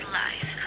life